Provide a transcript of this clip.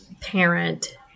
parent